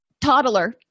toddler